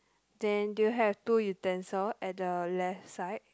then do you have two utensil at the left side